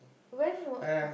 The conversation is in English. when your uh